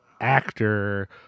actor